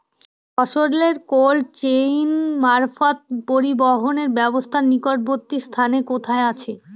ফসলের cold chain মারফত পরিবহনের ব্যাবস্থা নিকটবর্তী স্থানে কোথায় আছে?